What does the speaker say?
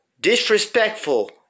disrespectful